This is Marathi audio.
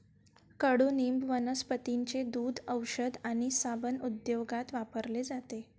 कडुनिंब वनस्पतींचे दूध, औषध आणि साबण उद्योगात वापरले जाते